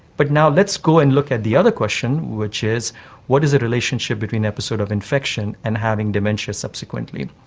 but now let's go and look at the other question which is what is the relationship between an episode of infection and having dementia subsequently?